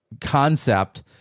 concept